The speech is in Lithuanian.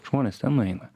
žmonės ten nueina